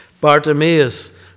Bartimaeus